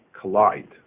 collide